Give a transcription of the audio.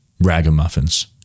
ragamuffins